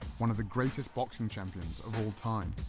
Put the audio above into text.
one of the greatest boxing champions of all time.